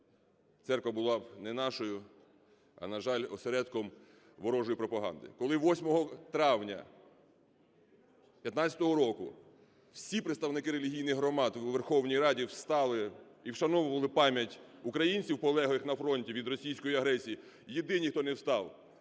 церква була б не нашою, а, на жаль, осередком ворожої пропаганди. Коли 8 травня 2015 року всі представники релігійних громад у Верховній Раді встали і вшановували пам'ять українців, полеглих на фронті від російської агресії, єдині, хто не встав: